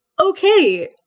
okay